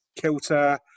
kilter